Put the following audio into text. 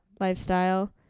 Lifestyle